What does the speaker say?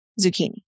zucchini